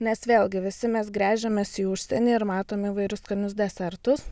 nes vėlgi visi mes gręžiamės į užsienį ir matom įvairius skanius desertus